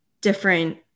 different